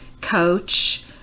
coach